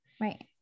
right